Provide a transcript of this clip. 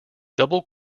double